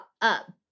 up